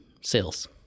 sales